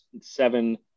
seven